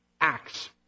Acts